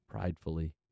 pridefully